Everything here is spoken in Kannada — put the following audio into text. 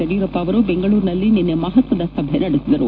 ಯಡಿಯೂರಪ್ಪ ಅವರು ಬೆಂಗಳೂರಿನಲ್ಲಿ ನಿನ್ನೆ ಮಹತ್ವದ ಸಭೆ ನಡೆಸಿದರು